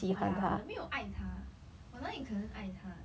ya 我没有爱他我哪里可能爱他